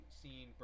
seen